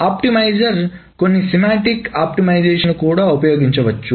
optimizer కొన్ని semantic ఆప్టిమైజేషన్లను కూడా ఉపయోగించవచ్చు